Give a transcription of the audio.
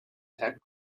tech